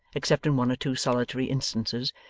except in one or two solitary instances,